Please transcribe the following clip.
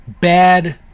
bad